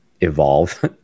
evolve